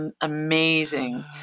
amazing